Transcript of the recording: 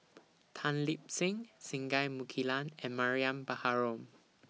Tan Lip Seng Singai Mukilan and Mariam Baharom